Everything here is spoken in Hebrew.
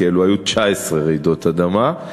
כי אלו היו 19 רעידות אדמה.